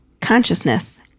consciousness